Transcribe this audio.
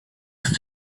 ist